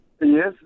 yes